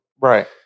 Right